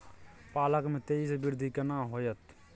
पालक में तेजी स वृद्धि केना होयत?